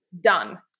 done